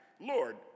Lord